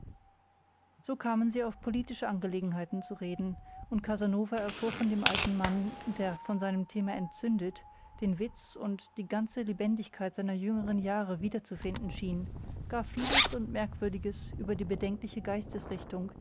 so kamen sie auf politische angelegenheiten zu reden und casanova erfuhr von dem alten mann der von seinem thema entzündet den witz und die ganze lebendigkeit seiner jüngeren jahre wiederzufinden schien gar vieles und merkwürdiges über die bedenkliche